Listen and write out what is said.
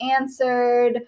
answered